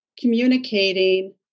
communicating